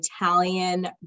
Italian